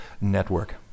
network